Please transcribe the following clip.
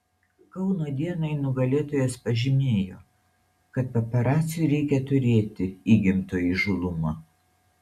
kauno dienai nugalėtojas pažymėjo kad paparaciui reikia turėti įgimto įžūlumo